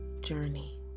journey